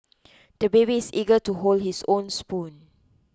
the baby is eager to hold his own spoon